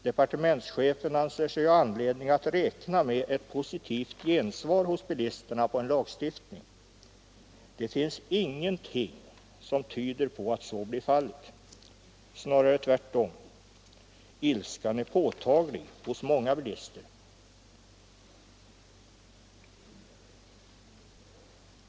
Departementschefen anser sig ha anledning att räkna med ett positivt gensvar hos bilisterna på en lagstiftning. Det finns ingenting som tyder på att så blir fallet, snarare tvärtom. Ilskan är påtaglig hos många bilister.